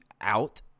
out